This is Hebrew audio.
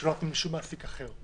מידע שלא נותנים לשום מעסיק אחר.